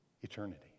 eternity